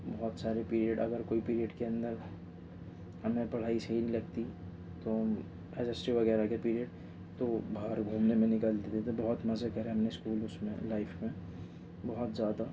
بہت سارے پیریڈ اگر کوئی پیریڈ کے اندر ہمیں پڑھائی صحیح نہیں لگتی تو ہم ایس ایس ٹی وغیرہ کے پیریڈ تو باہر گھومنے میں نکالتے تھے بہت مزے کرے ہیں ہم نے اسکول اس میں لائف میں بہت زیادہ